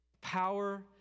Power